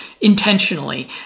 intentionally